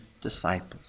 disciples